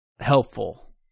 helpful